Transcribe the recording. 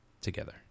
together